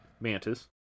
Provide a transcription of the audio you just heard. Mantis